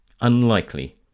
Unlikely